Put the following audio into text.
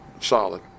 solid